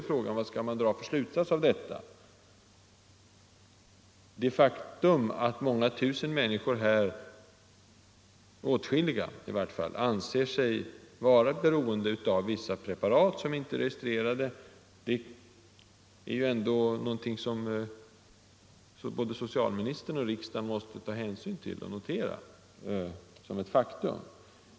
Frågan är då vilken slutsats man skall dra av detta. Att flera tusen människor anser sig vara beroende av vissa preparat som inte är registrerade, är något som både socialministern och riksdagen måste ta hänsyn till och notera som ett faktum.